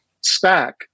stack